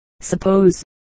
Suppose